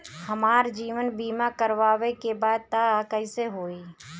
हमार जीवन बीमा करवावे के बा त कैसे होई?